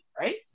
right